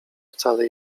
wcale